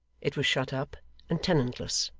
it was shut up and tenantless.